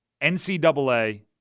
NCAA